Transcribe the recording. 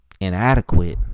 inadequate